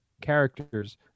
characters